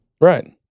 Right